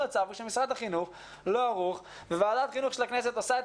המצב הוא שמשרד החינוך לא ערוך וועדת החינוך של הכנסת עושה את